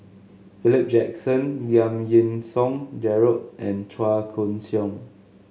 Philip Jackson Giam Yean Song Gerald and Chua Koon Siong